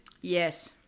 Yes